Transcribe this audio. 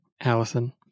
Allison